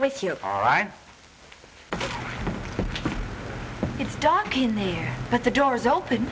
with you all right it's dark in here but the door's open